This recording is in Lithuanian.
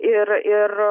ir ir